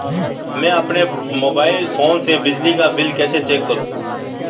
मैं अपने mobile phone से बिजली का बिल कैसे चेक करूं?